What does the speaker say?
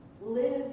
live